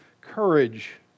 courage